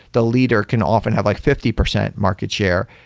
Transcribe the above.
the leader can often have like fifty percent market share,